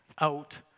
out